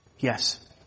Yes